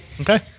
Okay